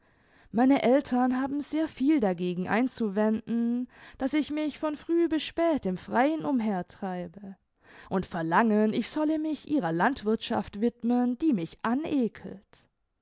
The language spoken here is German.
meine eltern haben sehr viel dagegen einzuwenden daß ich mich von früh bis spät im freien umhertreibe und verlangen ich solle mich ihrer landwirthschaft widmen die mich anekelt